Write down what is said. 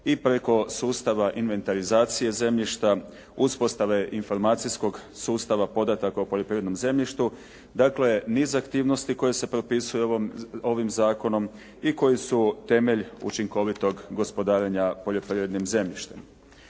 i preko sustava inventarizacije zemljišta, uspostave informacijskog sustava podataka o poljoprivrednom zemljištu, dakle niz aktivnosti koje se propisuju ovim zakonom i koji su temelj učinkovitog gospodarenja poljoprivrednim zemljištem.